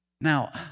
Now